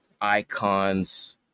icons